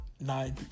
nine